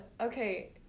Okay